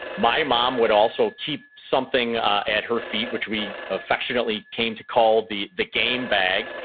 my mom would also keep something at her feet, which we affectionately came to call the the game bag.